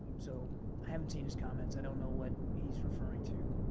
so i haven't seen his comments. i don't know what he's referring to.